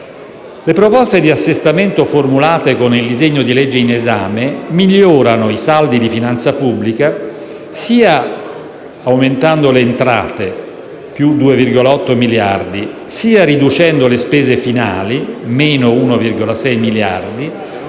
Le proposte di assestamento formulate con il disegno di legge in esame migliorano i saldi di finanza pubblica sia aumentando le entrate (più 2,8 miliardi), sia riducendo le spese finali (meno 1,6 miliardi)